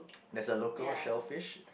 there's a local shellfish